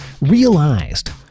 realized